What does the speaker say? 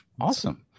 Awesome